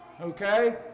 okay